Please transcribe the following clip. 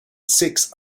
six